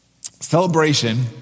Celebration